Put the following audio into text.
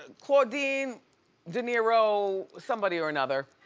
and claudine de niro, somebody or another,